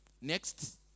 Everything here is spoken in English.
Next